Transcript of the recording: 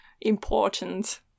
important